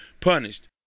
punished